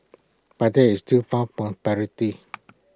but that is too far from parity